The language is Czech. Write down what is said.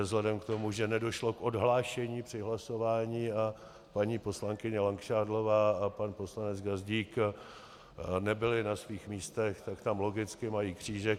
Vzhledem k tomu, že nedošlo k odhlášení při hlasování a paní poslankyně Langšádlová a pan poslanec Gazdík nebyli na svých místech, tak tam logicky mají křížek.